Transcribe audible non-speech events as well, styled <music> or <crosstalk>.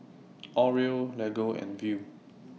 Oreo Lego and Viu <noise>